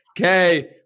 Okay